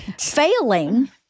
failing